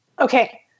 Okay